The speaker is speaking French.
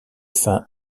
fin